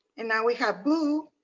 and now we have boo.